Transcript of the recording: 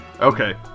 Okay